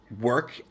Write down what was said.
Work